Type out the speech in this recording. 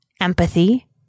empathy